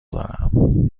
دارم